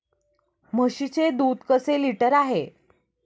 म्हशीचे दूध कसे लिटर आहे?